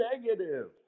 negative